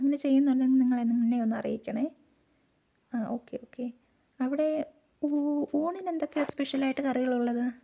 അങ്ങനെ ചെയ്യുന്നുണ്ടെങ്കിൽ നിങ്ങളെന്നെ ഒന്ന് അറിയിക്കണേ ആ ഓക്കെ ഓക്കെ അവിടെ ഊ ഊണിന് എന്തൊക്കെയാ സ്പെഷ്യലായിട്ട് കറികളുള്ളത്